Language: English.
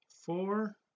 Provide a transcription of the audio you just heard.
four